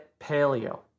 Paleo